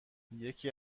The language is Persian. یکی